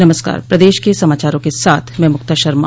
नमस्कार प्रदेश के समाचारों के साथ मैं मुक्ता शर्मा